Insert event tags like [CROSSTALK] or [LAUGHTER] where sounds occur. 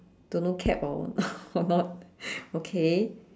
don't know cap or [LAUGHS] or not okay